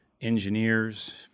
engineers